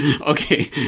Okay